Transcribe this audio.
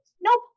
nope